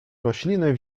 rośliny